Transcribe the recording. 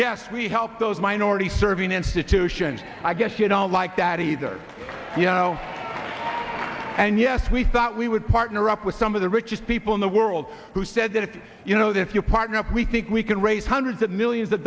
yes we help those minority serving institutions i guess you don't like that either you know and yes we thought we would partner up with some of the richest people in the world who said that if you know that if your partner if we think we can raise hundreds of millions of